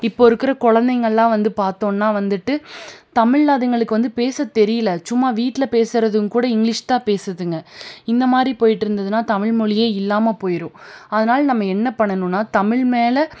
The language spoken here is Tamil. இப்போ இருக்கிற குழந்தைங்கள்லாம் வந்து பார்த்தோன்னா வந்துட்டு தமிழில் அதுங்களுக்கு வந்து பேசத் தெரியலை சும்மா வீட்டில் பேசுகிறதும் கூட இங்கிலிஷ் தான் பேசுதுங்க இந்த மாதிரி போயிட்டு இருந்துதுன்னா தமிழ் மொழியே இல்லாமல் போயிடும் அதனால் நம்ம என்ன பண்ணணுன்னா தமிழ் மேலே